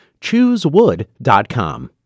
Choosewood.com